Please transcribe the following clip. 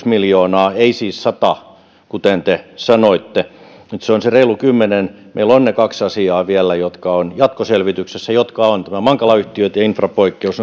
miljoonaa ei siis sata miljoonaa kuten te sanoitte nyt se on se reilu kymmenen miljoonaa meillä on ne kaksi asiaa vielä jotka ovat jatkoselvityksessä tämä mankala yhtiöt ja infrapoikkeus